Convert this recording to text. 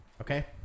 okay